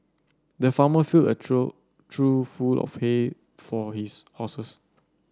the farmer filled a trough trough full of hay for his horses